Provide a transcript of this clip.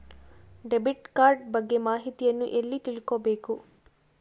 Debit card ಬಗ್ಗೆ ಮಾಹಿತಿಯನ್ನ ಎಲ್ಲಿ ತಿಳ್ಕೊಬೇಕು?